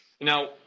Now